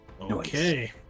Okay